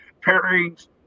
pairings